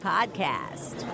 Podcast